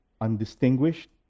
undistinguished